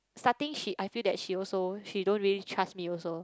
starting she I feel that she also she don't really trust me also